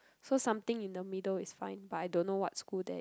so something in the middle is fine but I don't know what school there